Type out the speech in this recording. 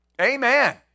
Amen